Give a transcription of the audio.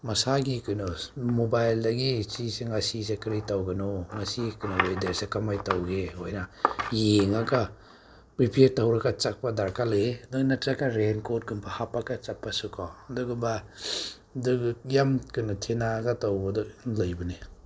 ꯃꯁꯥꯒꯤ ꯀꯩꯅꯣ ꯃꯣꯕꯥꯏꯜꯗꯒꯤ ꯑꯁꯤꯁꯤꯡ ꯑꯁꯤꯁꯦ ꯀꯔꯤ ꯇꯧꯕꯅꯣ ꯉꯁꯤ ꯀꯩꯅꯣ ꯋꯦꯗꯔꯁꯦ ꯀꯃꯥꯏꯅ ꯇꯧꯒꯦ ꯂꯣꯏꯅ ꯌꯦꯡꯉꯒ ꯄ꯭ꯔꯤꯄꯦꯌꯔ ꯇꯧꯔꯒ ꯆꯠꯄ ꯗꯔꯀꯥꯔ ꯂꯩꯌꯦ ꯑꯗꯨ ꯅꯠꯇ꯭ꯔꯒ ꯔꯦꯟ ꯀ꯭ꯣꯔꯠꯀꯨꯝꯕ ꯍꯥꯞꯄꯒ ꯆꯠꯄꯁꯨꯀꯣ ꯑꯗꯨꯒꯨꯝꯕ ꯑꯗꯨ ꯌꯥꯝ ꯀꯩꯅꯣ ꯊꯦꯡꯅꯔꯒ ꯇꯧꯕꯗꯣ ꯂꯩꯕꯅꯦ